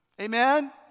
Amen